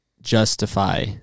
justify